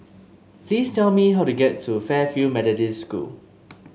please tell me how to get to Fairfield Methodist School